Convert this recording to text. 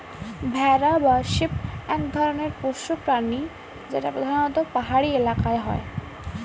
ভেড়া বা শিপ এক ধরনের পোষ্য প্রাণী যেটা প্রধানত পাহাড়ি এলাকায় হয়